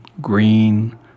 Green